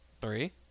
Three